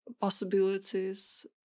possibilities